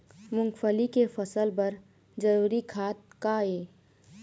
मूंगफली के फसल बर जरूरी खाद का ये?